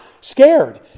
Scared